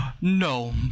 No